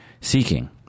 seeking